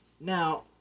Now